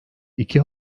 iki